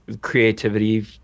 creativity